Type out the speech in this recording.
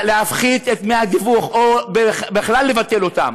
להפחית את דמי התיווך או בכלל לבטל אותם,